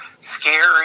scary